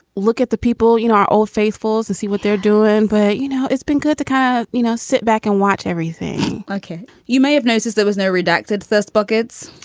look at the people, you know, our old faithfuls and see what they're doing. but, you know, it's been good to kind of, you know, sit back and watch everything okay. you may have noticed there was no redacted first buckets.